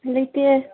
ꯂꯩꯇꯦ